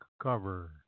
cover